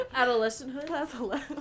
Adolescenthood